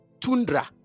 tundra